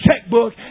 checkbook